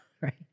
right